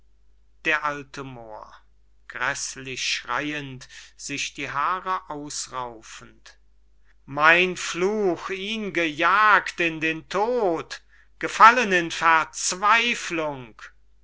d a moor gräßlich schreyend sich die haare ausraufend mein fluch ihn gejagt in den tod gefallen in verzweiflung